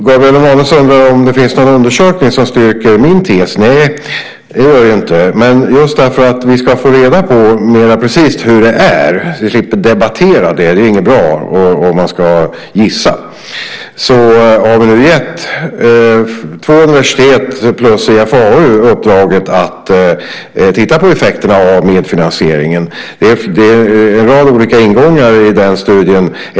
Gabriel Romanus undrar om det finns några undersökningar som styrker min tes. Nej, det gör det inte, men just för att vi mer exakt ska få reda på hur det förhåller sig - så att vi slipper debattera det; det är inte bra att behöva gissa - har vi nu gett två universitet samt IFAU uppdraget att titta på effekterna av medfinansieringen. Det finns en rad olika ingångar i den studien.